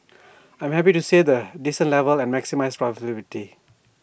I'm happy to stay at A decent level and maximise profitability